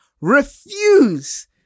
refuse